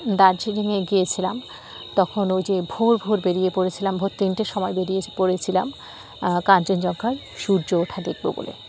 দার্জিলিংয়ে গিয়েছিলাম তখন ওই যে ভোর ভোর বেরিয়ে পড়েছিলাম ভোর তিনটে সময় বেরিয়ে পড়েছিলাম কাঞ্চনজঙ্ঘায় সূর্য ওঠা দেখব বলে